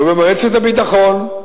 במועצת הביטחון,